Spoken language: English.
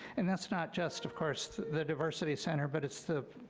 and that's not just of course the diversity center, but it's the